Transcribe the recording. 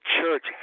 church